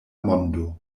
mondo